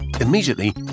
Immediately